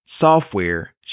software